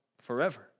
forever